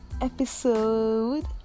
episode